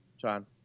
John